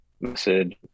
message